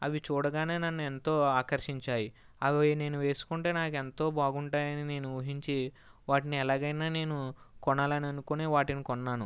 అవి చూడగానే నన్ను ఎంతో ఆకర్షించాయి అవి నేను వేసుకుంటే నాకు ఎంతో బాగుంటాయని నేను ఊహించి వాటిని ఎలాగైనా నేను కొనాలని అనుకునే వాటిని కొన్నాను